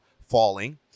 falling